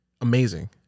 amazing